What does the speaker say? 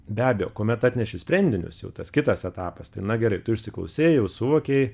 be abejo kuomet atneši sprendinius jau tas kitas etapas tai na gerai tu išsiklausei jau suvokei